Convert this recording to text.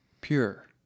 pure